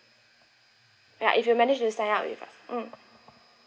ya if you manage to sign up with us mm